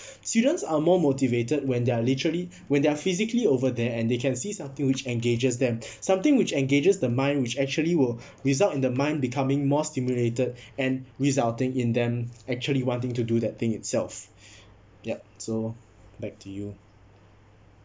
students are more motivated when they're literally when they're physically over there and they can see something which engages them something which engages the mind which actually will result in the mind becoming more stimulated and resulting in them actually wanting to do that thing itself yup so back to you